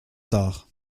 tard